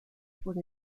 por